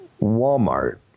Walmart